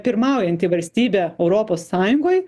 pirmaujanti valstybė europos sąjungoj